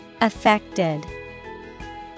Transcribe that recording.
Affected